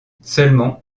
seulement